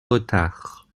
retard